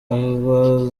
aba